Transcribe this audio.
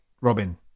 Robin